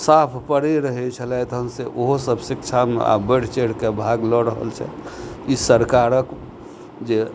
साफ परै रहै छलथि से ओहो सब शिक्षामे आब बढ़ि चढ़ि कऽ भाग लऽ रहल छथि ई सरकारक जे